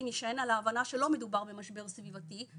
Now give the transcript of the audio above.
יישען על ההבנה שלא מדובר במשבר סביבתי,